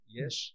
yes